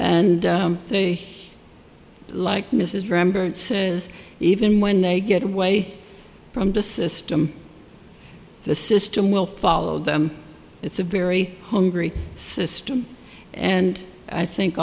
and they like mrs remember even when they get away from the system the system will follow them it's a very hungry system and i think